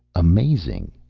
amazing,